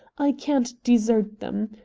i can't desert them.